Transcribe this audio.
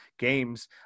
games